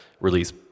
release